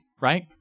right